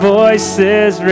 voices